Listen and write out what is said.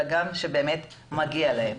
אלא בגלל שבאמת מגיע להם.